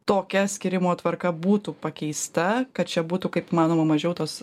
tokia skyrimo tvarka būtų pakeista kad čia būtų kaip įmanoma mažiau tos